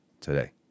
today